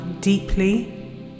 deeply